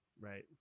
right